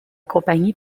compagnie